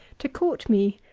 to court me,